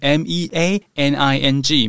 meaning